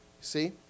see